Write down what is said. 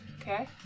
Okay